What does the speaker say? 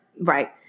right